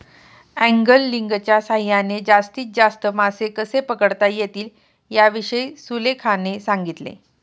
अँगलिंगच्या सहाय्याने जास्तीत जास्त मासे कसे पकडता येतील याविषयी सुलेखाने सांगितले